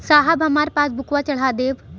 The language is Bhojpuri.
साहब हमार पासबुकवा चढ़ा देब?